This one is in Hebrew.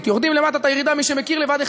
אם זה בנושא של הגדלת מספר המיטות